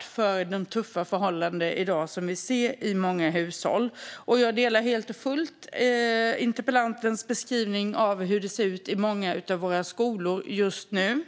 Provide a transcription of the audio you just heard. för de tuffa förhållanden som vi i dag ser i många hushåll. Jag delar helt och fullt interpellantens beskrivning av hur det ser ut i många av våra skolor just nu.